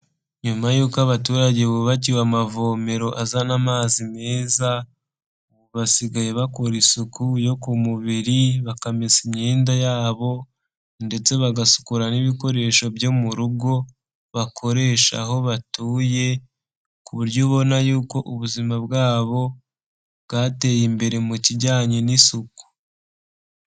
Nyuma yuko abaturage bubakiwe amavomero azana amazi meza, basigaye bakora isuku yo ku mubiri bakamesa imyenda yabo, ndetse bagasukura n'ibikoresho byo mu rugo bakoresha aho batuye ku buryo ubona yuko ubuzima bwabo bwateye imbere mu kijyanye n'isuku.